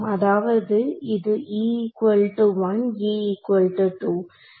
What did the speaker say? அதாவது இது